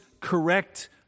correct